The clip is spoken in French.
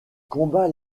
combat